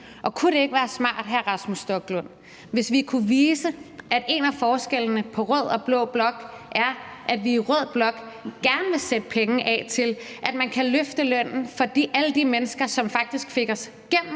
og kunne det ikke være smart, hr. Rasmus Stoklund, hvis vi kunne vise, at en af forskellene på rød og blå blok er, at vi i rød blok gerne vil sætte penge af til, at man kan løfte lønnen for alle de mennesker, som faktisk fik os igennem